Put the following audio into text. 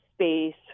space